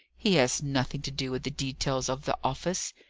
he has nothing to do with the details of the office.